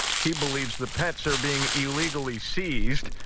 he believes the pets are being illegally seized.